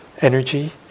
energy